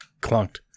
clunked